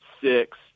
six